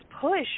push